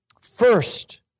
First